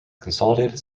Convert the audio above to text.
consolidated